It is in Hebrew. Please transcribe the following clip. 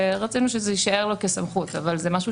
שרצינו שזה יישאר לו כסמכות אבל זה משהו